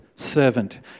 servant